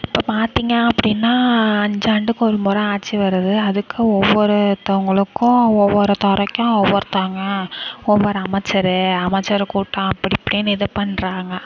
இப்போ பார்த்தீங்க அப்படின்னா அஞ்சாண்டுக்கு ஒரு முறை ஆட்சி வருது அதுக்கு ஒவ்வொருத்தவங்களுக்கும் ஒவ்வொரு துறைக்கும் ஒவ்வொருத்தவங்க ஒவ்வொரு அமைச்சரு அமைச்சரு கூட்டம் அப்படி இப்படின் இது பண்ணுறாங்க